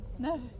No